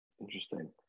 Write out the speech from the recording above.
Interesting